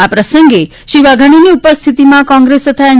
આ પ્રસંગે શ્રી વાઘાણીની ઉપસ્થિતિમાં બાયડ ખાતે કોંગ્રેસ તથા એન